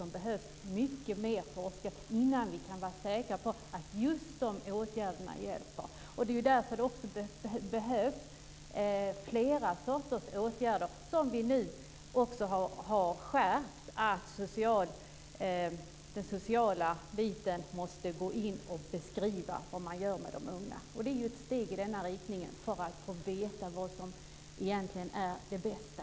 Där behövs det mycket mer forskning innan vi kan vara säkra på att just dessa åtgärder hjälper. Det är därför det också behövs flera sorters åtgärder. Nu har vi t.ex. också gjort den skärpningen att det sociala måste gå in och beskriva vad man gör med de unga. Det är ju ett steg i riktning mot att få veta vad som egentligen är det bästa.